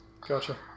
Gotcha